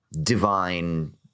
divine